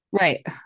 right